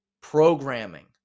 Programming